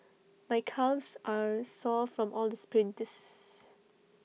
my calves are sore from all the sprints